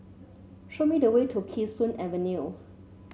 show me the way to Kee Sun Avenue